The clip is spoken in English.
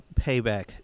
payback